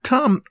Tom